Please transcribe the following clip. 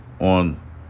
on